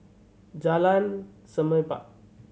Jalan Semerbak